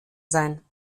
sein